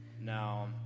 Now